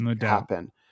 happen